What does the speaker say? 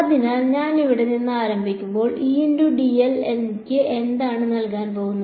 അതിനാൽ ഞാൻ ഇവിടെ നിന്ന് ആരംഭിക്കുമ്പോൾ എനിക്ക് എന്താണ് നൽകാൻ പോകുന്നത്